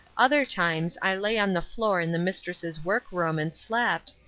other times i lay on the floor in the mistress's work-room and slept,